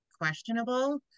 questionable